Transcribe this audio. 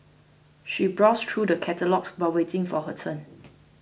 she browsed through the catalogues while waiting for her turn